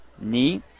Knee